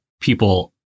people